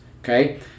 okay